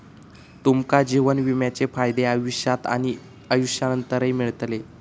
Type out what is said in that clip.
तुमका जीवन विम्याचे फायदे आयुष्यात आणि आयुष्यानंतरही मिळतले